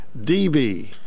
DB